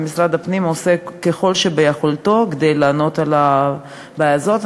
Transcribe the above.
ומשרד הפנים עושה ככל שביכולתו כדי לענות על הבעיה הזאת.